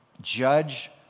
judge